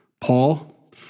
Paul